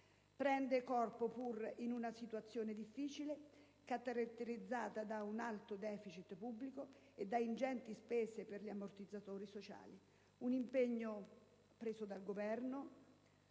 Prende corpo, pur in una situazione difficile caratterizzata da un alto deficit pubblico e da ingenti spese per gli ammortizzatori sociali, un impegno preso dal Governo: